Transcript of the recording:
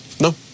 No